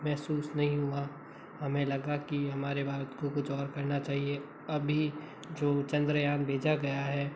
महसूस नहीं हुआ हमें लगा कि हमारे भारत को कुछ और करना चाहिए अभी जो चंद्रयान भेजा गया है